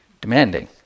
demanding